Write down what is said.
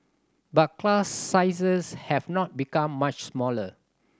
but class sizes have not become much smaller